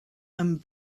and